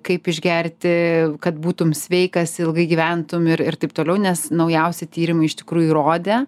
kaip išgerti kad būtum sveikas ilgai gyventum ir ir taip toliau nes naujausi tyrimai iš tikrųjų įrodė